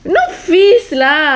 not fist lah